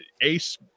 Ace